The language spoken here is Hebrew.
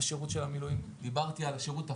השירות של המילואים, דיברתי על השירות הפיזי,